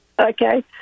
okay